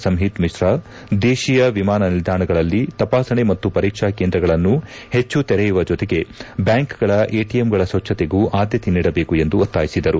ಸಂಹಿತ್ ಮಿತ್ತಾ ದೇಶೀಯ ವಿಮಾನ ನಿಲ್ದಾಣಗಳಲ್ಲಿ ತಪಾಸಣೆ ಮತ್ತು ಪರೀಕ್ಷಾ ಕೇಂದ್ರಗಳನ್ನು ಹೆಚ್ಚು ತೆರೆಯುವ ಜೊತೆಗೆ ಬ್ಯಾಂಕ್ಗಳ ಎಟಿಎಂಗಳ ಸ್ವಜ್ವಕೆಗೂ ಆದ್ಯತೆ ನೀಡಬೇಕು ಎಂದು ಒತ್ತಾಯಿಸಿದರು